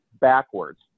backwards